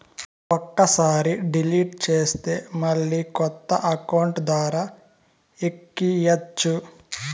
ఒక్కసారి డిలీట్ చేస్తే మళ్ళీ కొత్త అకౌంట్ ద్వారా ఎక్కియ్యచ్చు